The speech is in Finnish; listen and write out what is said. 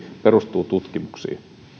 perustuu tutkimuksiin